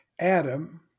Adam